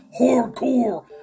hardcore